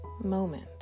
moment